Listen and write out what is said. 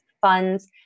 funds